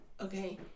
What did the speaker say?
okay